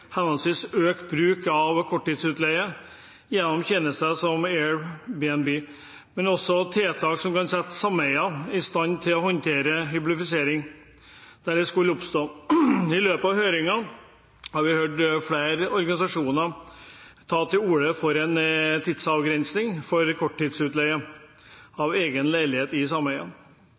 henholdsvis økt bruk av korttidsutleie gjennom tjenester som Airbnb, men også tiltak som kan sette sameier i stand til å håndtere hyblifisering, der det skulle oppstå. I løpet av høringen har vi hørt flere organisasjoner ta til orde for en tidsavgrensning for korttidsutleie av egen leilighet i